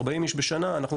40 איש בשנה.